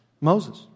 Moses